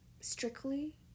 strictly